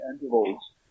intervals